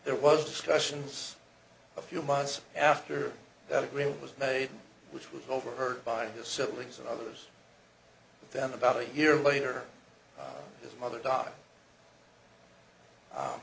there was discussion a few months after that agreement was made which was overheard by his siblings and others then about a year later his mother died